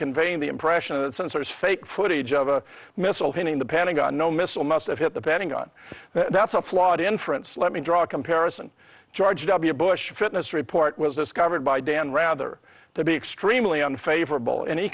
conveying the impression of the censors fake footage of a missile hitting the pentagon no missile must have hit the pentagon that's a flawed inference let me draw a comparison george w bush fitness report was discovered by dan rather to be extremely unfavorable an